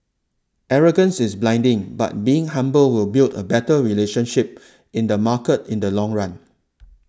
arrogance is blinding but being humble will build a better relationship in the market in the long run